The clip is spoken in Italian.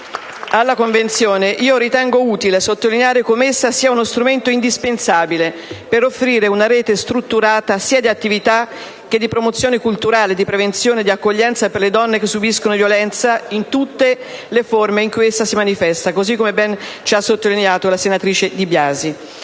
alla Convenzione, ritengo utile sottolineare come essa sia uno strumento indispensabile per offrire una rete strutturata sia di attività che di promozione culturale, di prevenzione e di accoglienza per le donne che subiscono violenza in tutte le forme in cui essa si manifesta, così come ha ben sottolineato la senatrice Di Biasi.